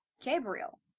Gabriel